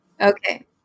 Okay